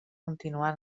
continuar